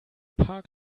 paar